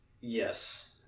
Yes